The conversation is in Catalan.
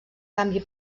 canvi